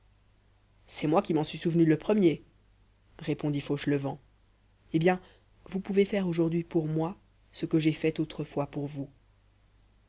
c'est moi qui m'en suis souvenu le premier répondit fauchelevent eh bien vous pouvez faire aujourd'hui pour moi ce que j'ai fait autrefois pour vous